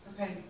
Okay